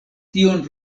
tion